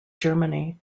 germany